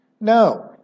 No